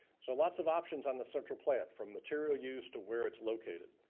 so lots of options on the central plant, from material use to where it's located.